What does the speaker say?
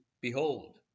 behold